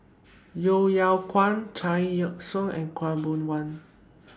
Yeo Yeow Kwang Chao Yoke San and Khaw Boon Wan